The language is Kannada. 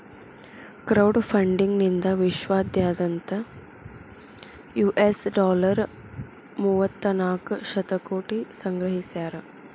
ಕ್ರೌಡ್ ಫಂಡಿಂಗ್ ನಿಂದಾ ವಿಶ್ವದಾದ್ಯಂತ್ ಯು.ಎಸ್ ಡಾಲರ್ ಮೂವತ್ತನಾಕ ಶತಕೋಟಿ ಸಂಗ್ರಹಿಸ್ಯಾರ